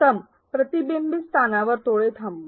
प्रथम प्रतिबिंबस्थानावर थोडे थांबू